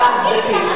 שלך להתווכח אתי.